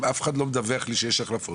אם אף אחד לא מדווח לי שיש החלפות,